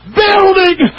building